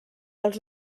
als